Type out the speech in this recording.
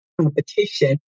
competition